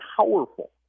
powerful